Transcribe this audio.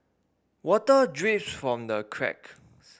water drips from the cracks